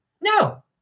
No